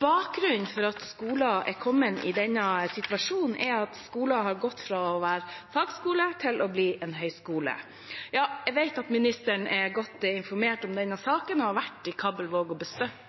Bakgrunnen for at skolen har kommet i denne situasjonen, er at skolen har gått fra å være fagskole til å bli en høyskole. Ja, jeg vet at ministeren er godt informert om denne